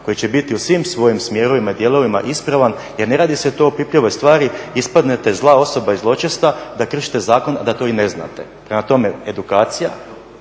koji će biti u svim svojim smjerovima i dijelovima ispravan jer ne radi se to o opipljivoj stvari, ispadnete zla osoba i zločesta da kršite zakon a da to i ne znate. Prema tome edukacija,